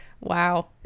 Wow